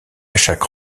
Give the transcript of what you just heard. chaque